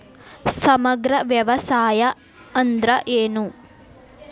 ಸಮಗ್ರ ವ್ಯವಸಾಯ ಅಂದ್ರ ಏನು?